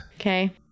Okay